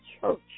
church